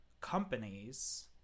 companies